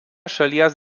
šalies